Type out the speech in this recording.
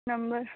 number